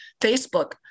Facebook